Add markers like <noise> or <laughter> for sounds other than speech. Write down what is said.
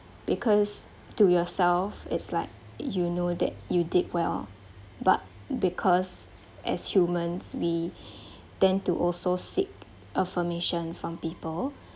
because to yourself it's like you know that you did well but because as humans we <breath> tend to also seek affirmation from people